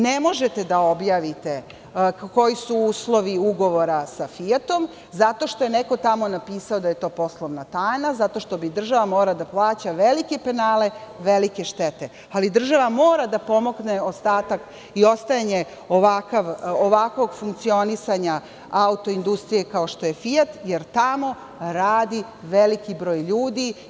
Ne možete da objavite koji su uslovi ugovora sa Fijatom zato što je neko tamo napisao da je to poslovna tajna, zato bi država morala da plaća velike penale, velike štete, ali država mora da pomogne ostatak i ostajanje ovakvog funkcionisanja autoindustrije kao što je Fijat, jer tamo radi veliki broj ljudi.